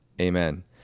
Amen